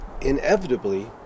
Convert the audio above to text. inevitably